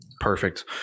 Perfect